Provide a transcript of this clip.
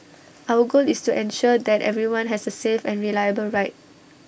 our goal is to ensure that everyone has A safe and reliable ride